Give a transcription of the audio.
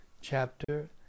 chapter